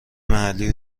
محلی